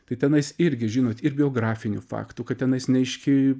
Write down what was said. tai tenais irgi žinot ir biografinių faktų kad tenais neaiški